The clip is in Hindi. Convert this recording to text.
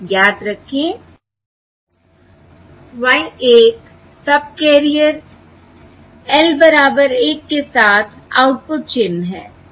याद रखें Y 1 सबकैरियर l बराबर 1 के साथ आउटपुट चिन्ह है